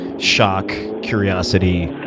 shock, curiosity,